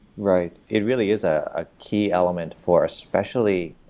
right. it really is a key element for, especially,